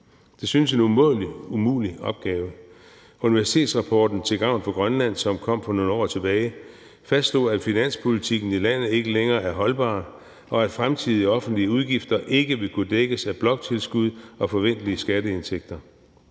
en umådelig, umulig opgave. Universitetsrapporten »Til gavn for Grønland«, som kom for nogle år tilbage, fastslog, at finanspolitikken i landet ikke længere er holdbar, og at fremtidige offentlige udgifter ikke vil kunne dækkes af bloktilskud og forventelige skatteindtægter.